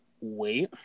wait